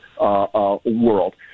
world